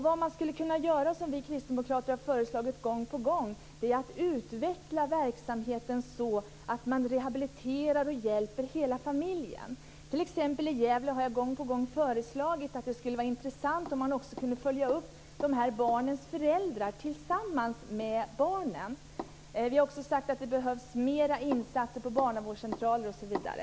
Vad man skulle kunna göra, som vi kristdemokrater har föreslagit gång på gång, är att utveckla verksamheten så att man rehabiliterar och hjälper hela familjen. I Gävle har jag t.ex. gång på gång föreslagit att det skulle vara intressant om man också kunde följa upp de här barnens föräldrar tillsammans med barnen. Vi har också sagt att det behövs fler insatser på barnavårdscentraler osv.